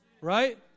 Right